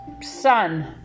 sun